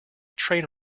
train